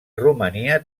romania